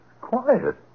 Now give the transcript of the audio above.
quiet